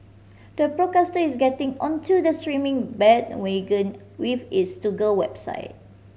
the broadcaster is getting onto the streaming bandwagon with its Toggle website